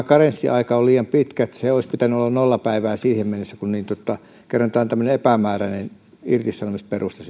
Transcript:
karenssiaika on liian pitkä ja että sen olisi pitänyt olla nolla päivää siihen mennessä kerran tämä on tämmöinen epämääräinen irtisanomisperuste